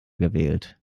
gewählt